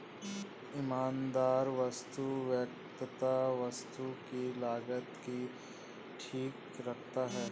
ईमानदार वस्तु विक्रेता वस्तु की लागत ठीक रखता है